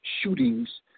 shootings